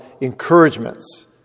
encouragements